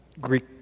Greek